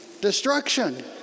destruction